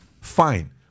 Fine